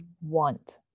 want